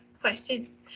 question